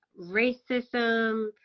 racism